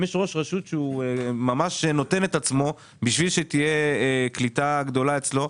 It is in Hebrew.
אם יש ראש רשות שממש נותן את עצמו בשביל שתהיה קליטה גדולה אצלו,